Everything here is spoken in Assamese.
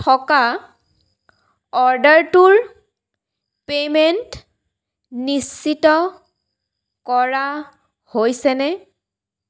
থকা অৰ্ডাৰটোৰ পে'মেণ্ট নিশ্চিত কৰা হৈছেনে